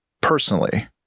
personally